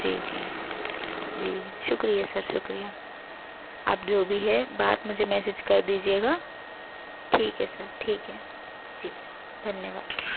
जी जी जी शुक्रिया सर शुक्रिया आप जो भी है बात मुझे मेसेज कर दीजिएगा ठीक है सर ठीक है जी धन्यवाद